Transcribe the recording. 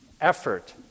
effort